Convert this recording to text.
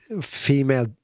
female